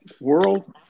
World